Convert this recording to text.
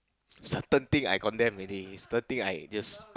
certain thing I condemn already certain thing I just